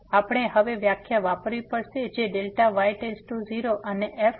તેથી આપણે હવે વ્યાખ્યા વાપરવી પડશે જે Δy→0 અને f ફંક્શનની